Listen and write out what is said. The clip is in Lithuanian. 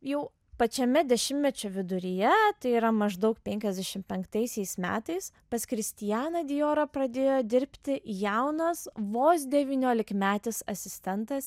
jau pačiame dešimtmečio viduryje tai yra maždaug penkiasdešim penktaisiais metais pas kristianą diorą pradėjo dirbti jaunas vos devyniolikmetis asistentas